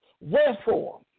Wherefore